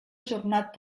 ajornat